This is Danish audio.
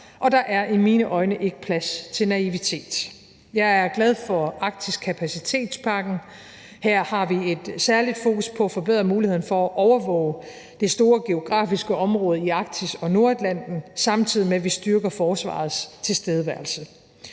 og der er i mine øjne ikke plads til naivitet. Jeg er glad for Arktiskapacitetspakken. Her har vi et særligt fokus på at forbedre muligheden for at overvåge det store geografiske område i Arktis og Nordatlanten, samtidig med at vi styrker Forsvarets tilstedeværelse.